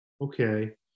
Okay